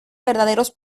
verdaderos